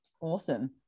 Awesome